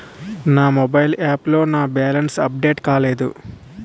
నా mobile app లో నా బ్యాలెన్స్ అప్డేట్ కాలేదు